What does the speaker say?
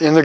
in the